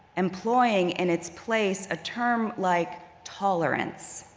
employing in its place a term like tolerance.